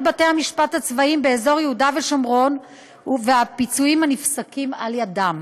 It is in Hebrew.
בתי המשפט הצבאיים באזור יהודה ושומרון והפיצויים הנפסקים על ידם.